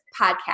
podcast